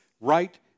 right